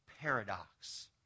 paradox